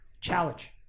challenge